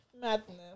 madness